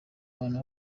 abantu